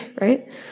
right